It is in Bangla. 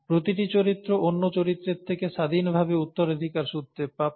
প্রতিটি চরিত্র অন্য চরিত্রের থেকে স্বাধীনভাবে উত্তরাধিকার সূত্রে প্রাপ্ত